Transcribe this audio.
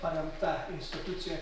paremta institucija